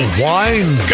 wine